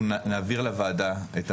אנחנו נעביר לוועדה את הנהלים.